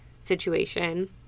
situation